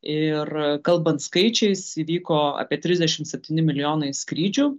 ir kalbant skaičiais įvyko apie trisdešimt septyni milijonai skrydžių